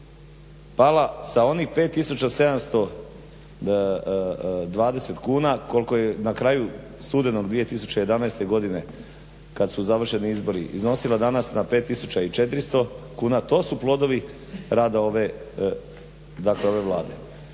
pala sa onih 5720 kuna koliko je na kraju studenog 2011. godine kad su završeni izbori iznosila danas na 5400 kuna, to su plodovi rada ove Vlade.